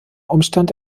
umstand